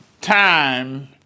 time